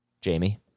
Jamie